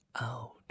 out